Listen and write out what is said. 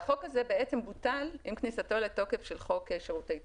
והחוק הזה בוטל עם כניסתו לתוקף של חוק שירותי תשלום.